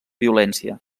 violència